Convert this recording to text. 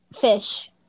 Fish